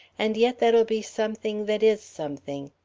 and yet that'll be something that is something.